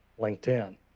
LinkedIn